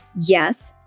Yes